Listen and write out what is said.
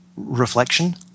reflection